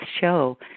show